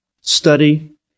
study